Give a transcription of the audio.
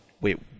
wait